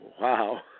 Wow